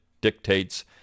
dictates